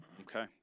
Okay